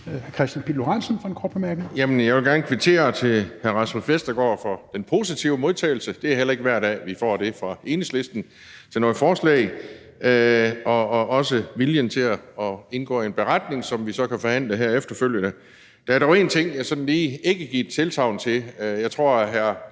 Kl. 16:26 Kristian Pihl Lorentzen (V): Jeg vil gerne kvittere hr. Rasmus Vestergaard for den positive modtagelse, det er heller ikke hver dag, vi får det fra Enhedslisten til noget forslag, og for viljen til at indgå i en beretning, som vi så kan forhandle her efterfølgende. Der er dog en ting, jeg ikke sådan lige kan give tilsagn til. Jeg tror, at hr.